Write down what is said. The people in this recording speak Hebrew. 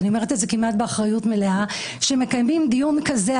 אני אומרת את זה כמעט באחריות מלאה שמקיימים דיון כזה,